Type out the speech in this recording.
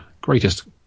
greatest